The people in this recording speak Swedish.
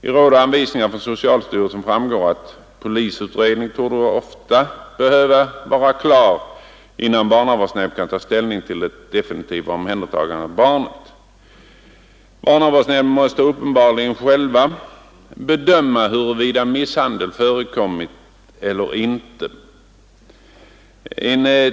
Av Råd och anvisningar från socialstyrelsen framgår att polisutredning ofta behöver vara klar innan barnavårdsnämnden kan ta ställning till ett definitivt omhändertagande av barnet. Barnavårdsnämnderna måste uppenbarligen själva bedöma huruvida misshandel förekommit eller inte.